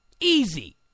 Easy